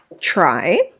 try